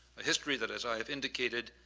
a history that as i have indicated,